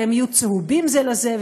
והם יהיו צהובים זה לזה,